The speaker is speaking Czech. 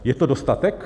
Je to dostatek?